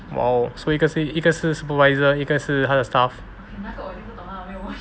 !wow! 所以一个是 supervisor 一个是他的 staff